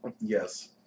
Yes